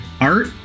Art